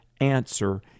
answer